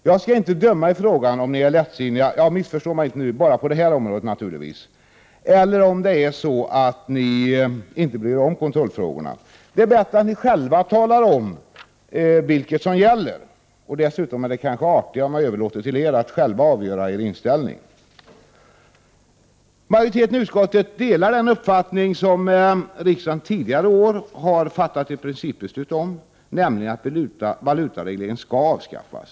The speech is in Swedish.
Jag skall inte döma i frågan om ni är lättsinniga — missförstå mig inte nu, jag menar bara på det här området — eller om ni inte bryr er om kontrollfrågorna. Det är bättre att ni själva talar om vilket som gäller, och dessutom är det kanske artigare om jag överlåter till er själva att avgöra er inställning. Majoriteten i utskottet delar den uppfattning som riksdagen tidigare i år har fattat ett principbeslut om, nämligen att valutaregleringen skall avskaffas.